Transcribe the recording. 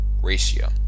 ratio